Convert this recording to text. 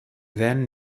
then